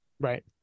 Right